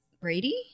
Brady